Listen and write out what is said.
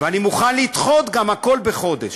ואני מוכן לדחות גם הכול בחודש,